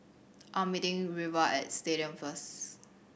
I am meeting Reva at Stadium first